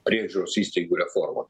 priežiūros įstaigų reforma